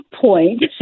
point